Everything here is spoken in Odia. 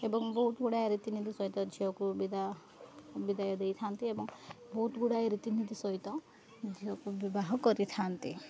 ଏବଂ ବହୁତ ଗୁଡ଼ାଏ ରୀତିନୀତି ସହିତ ଝିଅକୁ ବିଦାୟ ବିଦାୟ ଦେଇଥାନ୍ତି ଏବଂ ବହୁତ ଗୁଡ଼ାଏ ରୀତିନୀତି ସହିତ ଝିଅକୁ ବିବାହ କରିଥାନ୍ତି